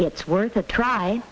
it's worth a try